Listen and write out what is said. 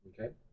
okay